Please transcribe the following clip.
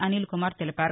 అనిల్ కుమార్ తెలిపారు